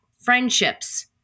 Friendships